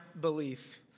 belief